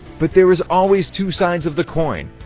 but there's always two sides of the coin.